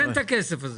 אז אין את הכסף הזה.